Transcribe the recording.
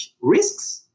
risks